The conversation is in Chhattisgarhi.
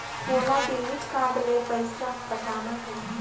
मोला डेबिट कारड ले पइसा पटाना हे?